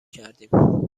کردیم